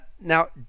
now